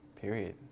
Period